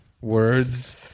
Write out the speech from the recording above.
words